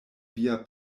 via